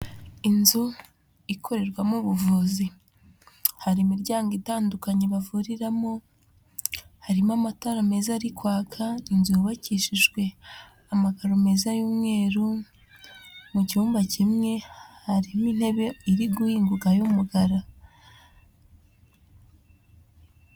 Inzu ikorerwamo ubuvuzi, hari imiryango itandukanye bavuriramo, harimo amatara meza ari kwaka, inzu yubakishijwe amakaro meza y'umweru, mu cyumba kimwe harimo intebe iri guhinguka y'umukara.